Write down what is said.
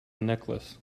necklace